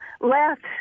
left